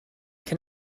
can